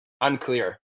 unclear